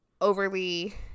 overly